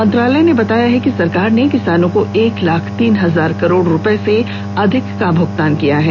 मंत्रालय ने बताया है कि सरकार ने किसानों को एक लाख तीन हजार करोड़ रुपये से अधिक का भुगतान किया है